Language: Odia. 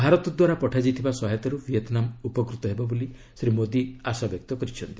ଭାରତ ଦ୍ୱାରା ପଠାଯାଇଥିବା ସହାୟତାରୁ ଭିଏତନାମ ଉପକୃତ ହେବ ବୋଲି ଶ୍ରୀ ମୋଦୀ ଆଶାବ୍ୟକ୍ତ କରିଛନ୍ତି